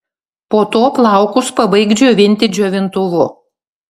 po to plaukus pabaik džiovinti džiovintuvu